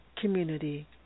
community